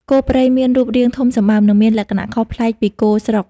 គោព្រៃមានរូបរាងធំសម្បើម និងមានលក្ខណៈខុសប្លែកពីគោស្រុក។